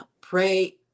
Pray